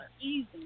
easy